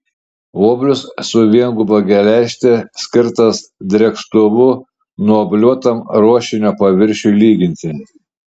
oblius su vienguba geležte skirtas drėkstuvu nuobliuotam ruošinio paviršiui lyginti